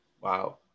Wow